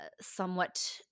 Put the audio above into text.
somewhat